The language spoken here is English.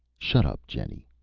shut up, jenny.